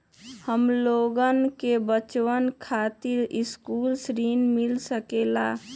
हमलोगन के बचवन खातीर सकलू ऋण मिल सकेला?